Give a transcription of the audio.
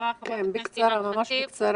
חברת הכנסת אימאן חט'יב, בבקשה, בקצרה.